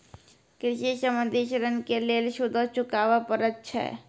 कृषि संबंधी ॠण के लेल सूदो चुकावे पड़त छै?